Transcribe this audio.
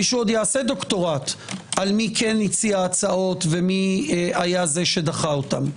מישהו עוד יעשה דוקטורט על מי כן הציע הצעות ומי היה שדחה אותן.